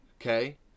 Okay